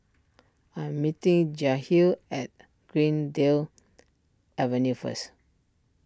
I am meeting Jahiem at Greendale Avenue first